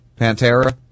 Pantera